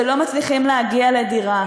ולא מצליחים להגיע לדירה.